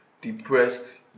depressed